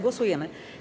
Głosujemy.